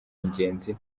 ingenzi